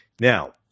Now